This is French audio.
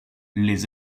les